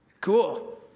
cool